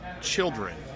children